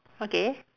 okay